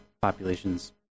populations